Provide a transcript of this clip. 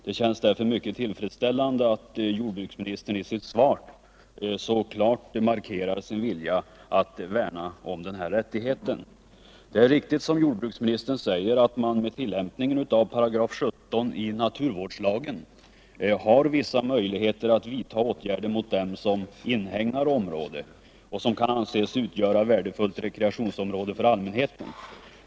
Det känns därför mycket tillfredsställande att jordbruksministern i sitt svar så klart markerar sin vilja att värna om denna rättighet Det är riktigt som jordbruksministern säger att man med tillämpning av 17§ naturvårdslagen har vissa möjligheter att vidta åtgärder mot dem som inhägnar område vilket kan anses utgöra värdefullt rekreationsområde för allmänheten.